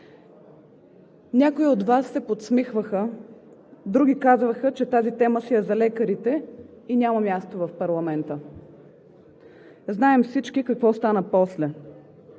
Някои от Вас се подсмихваха, други казваха, че тази тема си е за лекарите и няма място в парламента. Знаем всички какво знаем после.